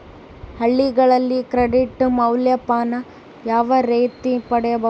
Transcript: ಹಳ್ಳಿಗಳಲ್ಲಿ ಕ್ರೆಡಿಟ್ ಮೌಲ್ಯಮಾಪನ ಯಾವ ರೇತಿ ಪಡೆಯುವುದು?